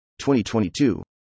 2022